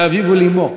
לאביו ולאמו.